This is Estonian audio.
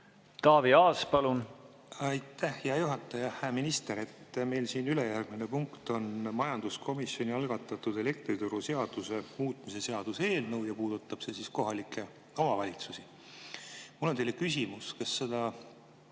Taavi Aas, palun! Aitäh, hea juhataja! Hea minister! Meil siin ülejärgmine punkt on majanduskomisjoni algatatud elektrituruseaduse muutmise seaduse eelnõu ja see puudutab kohalikke omavalitsusi. Mul on teile küsimus. Kas seda